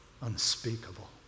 unspeakable